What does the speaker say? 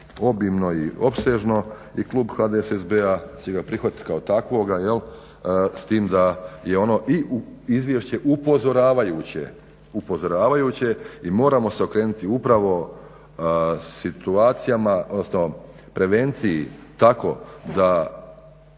obimno i opsežno i klub HDSSB-a će ga prihvatiti kao takvoga s tim da je ono i upozoravajuće i moramo se okrenuti upravo situacijama, odnosno prevenciji tako da